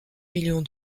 millions